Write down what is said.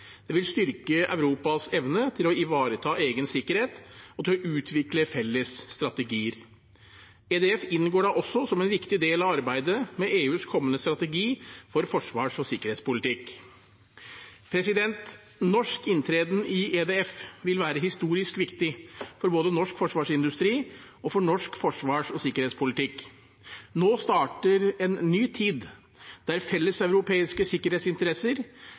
Det vil styrke Europas evne til å ivareta egen sikkerhet og til å utvikle felles strategier. EDF inngår da også som en viktig del av arbeidet med EUs kommende strategi for forsvars- og sikkerhetspolitikk. Norsk inntreden i EDF vil være historisk viktig både for norsk forsvarsindustri og for norsk forsvars- og sikkerhetspolitikk. Nå starter en ny tid, der felles europeiske sikkerhetsinteresser